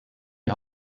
die